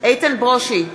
איתן ברושי,